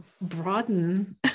broaden